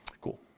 Cool